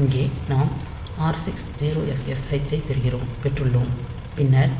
இங்கே நாம் r6 0ffh ஐப் பெற்றுள்ளோம் பின்னர்